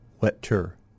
wetter